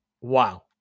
wow